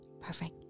perfect